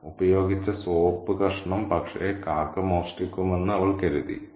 "ഉപയോഗിച്ച സോപ്പ് കഷണം പക്ഷേ കാക്ക മോഷ്ടിക്കുമെന്ന് അവൾ കരുതി